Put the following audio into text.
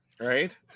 right